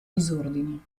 disordini